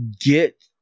get